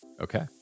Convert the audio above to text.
Okay